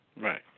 Right